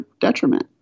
detriment